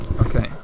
Okay